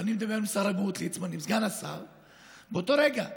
ואני מדבר עם סגן השר ליצמן, באותו רגע.